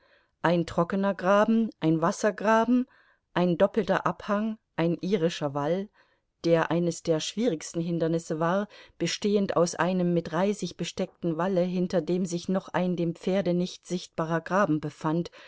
ein trockener graben ein wassergraben ein doppelter abhang ein irischer wall der eines der schwierigsten hindernisse war bestehend aus einem mit reisig besteckten walle hinter dem sich noch ein dem pferde nicht sichtbarer graben befand